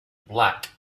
black